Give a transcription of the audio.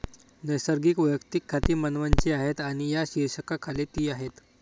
नैसर्गिक वैयक्तिक खाती मानवांची आहेत आणि या शीर्षकाखाली ती आहेत